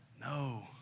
No